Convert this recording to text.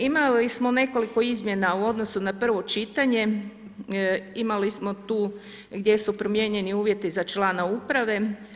Imali smo nekoliko izmjena u odnosu na prvo čitanje, imali smo tu gdje su promijenjeni uvjeti za člana uprave.